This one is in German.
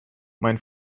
mein